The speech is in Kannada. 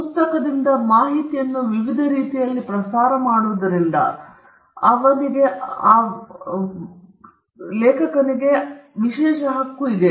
ಪುಸ್ತಕದಿಂದ ಮಾಹಿತಿಯನ್ನು ವಿವಿಧ ರೀತಿಗಳಲ್ಲಿ ಪ್ರಸಾರ ಮಾಡುವುದರಿಂದ ಅದರ ಮೇಲೆ ಆತನಿಗೆ ವಿಶೇಷ ಹಕ್ಕು ಇದೆ